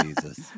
Jesus